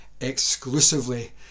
exclusively